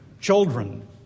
children